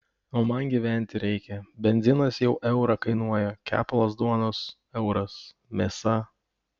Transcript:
o man gyventi reikia benzinas jau eurą kainuoja kepalas duonos euras mėsa